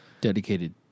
Dedicated